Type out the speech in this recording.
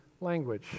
language